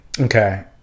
okay